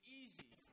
easy